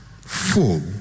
full